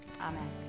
Amen